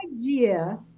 idea